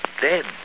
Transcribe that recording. dead